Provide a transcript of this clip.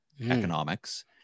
economics